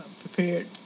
prepared